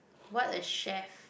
what a chef